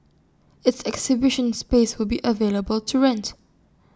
its exhibition space will be available to rent